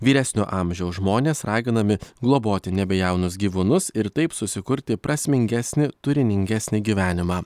vyresnio amžiaus žmonės raginami globoti nebejaunus gyvūnus ir taip susikurti prasmingesnį turiningesnį gyvenimą